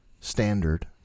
standard